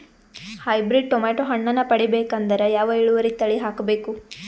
Hybrid tomato ಹಣ್ಣನ್ನ ಪಡಿಬೇಕಂದರ ಯಾವ ಇಳುವರಿ ತಳಿ ಹಾಕಬೇಕು?